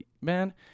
man